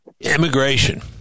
Immigration